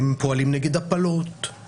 הם פועלים נגד הפלות,